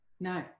No